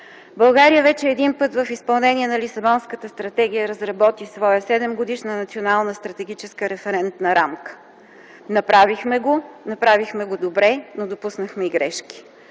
България вече един път, в изпълнение на Лисабонската стратегия, разработи своя Седемгодишна национална стратегическа референтна рамка. Направихме го, направихме го добре, но допуснахме и грешки.